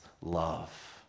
love